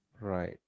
Right